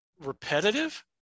repetitive